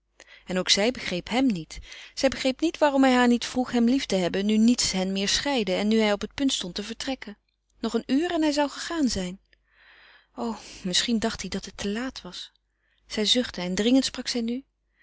en ook zij begreep hem niet zij begreep niet waarom hij haar niet vroeg hem lief te hebben nu niets hen meer scheidde en nu hij op het punt stond te vertrekken nog een uur en hij zou gegaan zijn o misschien dacht hij dat het te laat was zij zuchtte en dringend sprak zij nu